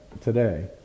today